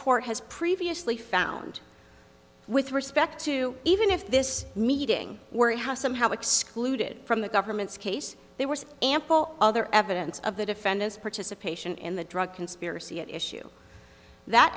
court has previously found with respect to even if this meeting were to have somehow excluded from the government's case they were ample other evidence of the defendant's participation in the drug conspiracy at issue that